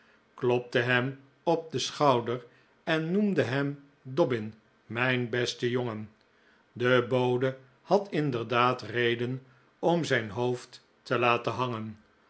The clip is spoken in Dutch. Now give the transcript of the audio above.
klopte hem op den schouder en noemdehem dobbin mijn beste jongen de bode had inderdaad reden om zijn hoofd te laten hangen